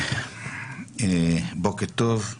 בוקר טוב,